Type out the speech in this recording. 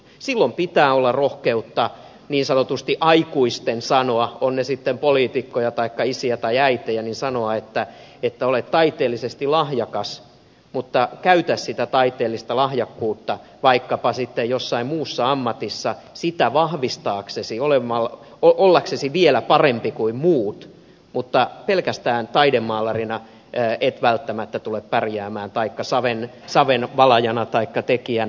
silloin pitää olla rohkeutta niin sanotusti aikuisten sanoa ovat ne sitten poliitikkoja taikka isiä tai äitejä että olet taiteellisesti lahjakas mutta käytä sitä taiteellista lahjakkuutta vaikkapa sitten jossain muussa ammatissa sitä vahvistaaksesi ollaksesi vielä parempi kuin muut mutta pelkästään taidemaalarina et välttämättä tule pärjäämään taikka savenvalajana taikka tekijänä